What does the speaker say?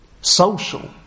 social